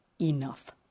enough